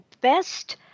best